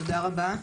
תודה רבה.